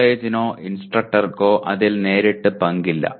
കോളേജിനോ ഇൻസ്ട്രക്ടർക്കോ അതിൽ നേരിട്ട് പങ്കില്ല